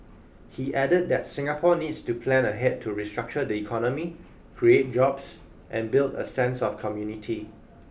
he added that Singapore needs to plan ahead to restructure the economy create jobs and build a sense of community